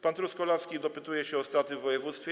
Pan Truskolaski dopytuje się o straty w województwie.